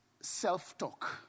Self-talk